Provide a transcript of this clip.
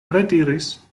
rediris